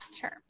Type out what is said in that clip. Sure